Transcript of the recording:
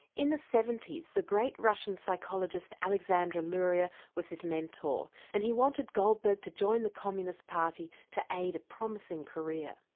in the seventy s the great russian psychologist aleksandr luria was his mentor and he wanted goldberg to join the communist party to aid a promising career.